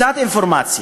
קצת אינפורמציה,